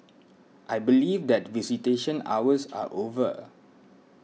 I believe that visitation hours are over